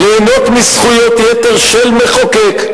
ליהנות מזכויות יתר של מחוקק,